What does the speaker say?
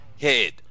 head